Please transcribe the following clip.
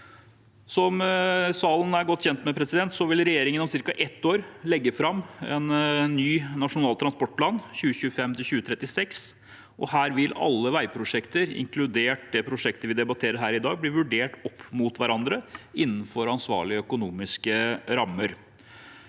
Som salen er godt kjent med, vil regjeringen om ca. et år legge fram en ny nasjonal transportplan, for 2025– 2036. Her vil alle veiprosjekter, inkludert det prosjektet vi debatterer her i dag, bli vurdert opp mot hverandre innenfor ansvarlige økonomiske rammer.